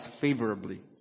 favorably